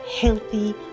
healthy